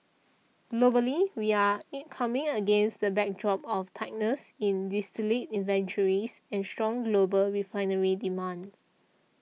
globally we're incoming against the backdrop of tightness in distillate inventories and strong global refinery demand